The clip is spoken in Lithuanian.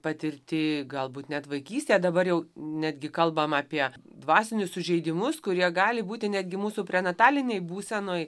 patirti galbūt net vaikystė dabar jau netgi kalbam apie dvasinius sužeidimus kurie gali būti netgi mūsų prenatalinėj būsenoj